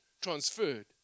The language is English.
transferred